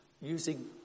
using